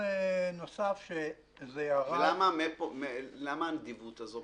ולמה הנדיבות הזו פתאום?